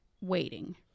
waiting